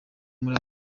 muri